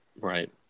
Right